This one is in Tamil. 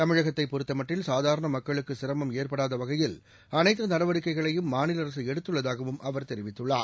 தமிழகத்தை பொறுத்தமட்டில் சாதாரண மக்களுக்கு சிரமம் ஏற்படாத வகையில் அனைத்து நடவடிக்கைகளையும் மாநில அரசு எடுத்துள்ளதாகவும் அவர் தெரிவித்துள்ளார்